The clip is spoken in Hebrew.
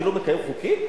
אני לא מקיים חוקים?